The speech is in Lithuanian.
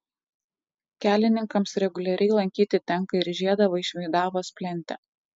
kelininkams reguliariai lankyti tenka ir žiedą vaišvydavos plente